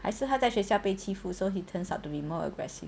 还是他在学校被欺负 so he turns out to be more aggressive